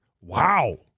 wow